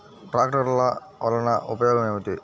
ట్రాక్టర్లు వల్లన ఉపయోగం ఏమిటీ?